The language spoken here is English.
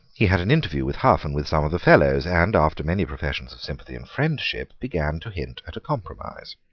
he had an interview with hough and with some of the fellows, and, after many professions of sympathy and friendship, began to hint at a compromise.